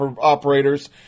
operators